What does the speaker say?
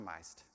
optimized